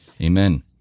amen